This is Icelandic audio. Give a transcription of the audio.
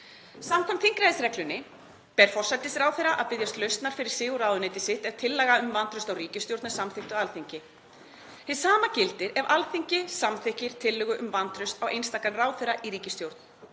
Samkvæmt þingræðisreglunni ber forsætisráðherra að biðjast lausnar fyrir sig og ráðuneyti sitt ef tillaga um vantraust á ríkisstjórn er samþykkt á Alþingi. Hið sama gildir ef Alþingi samþykkir tillögu um vantraust á einstakan ráðherra í ríkisstjórn,